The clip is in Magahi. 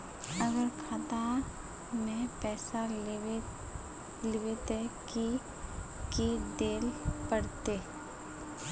अगर खाता में पैसा लेबे ते की की देल पड़ते?